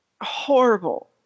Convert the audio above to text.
horrible